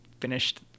finished